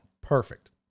Perfect